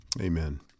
Amen